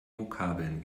vokabeln